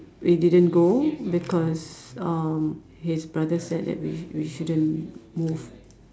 we didn't go because uh his brother said that we we shouldn't move